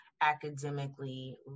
academically